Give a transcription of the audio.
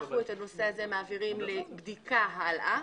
אנחנו מעבירים את זה לבדיקה הלאה.